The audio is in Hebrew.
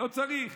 לא צריך.